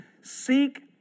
Seek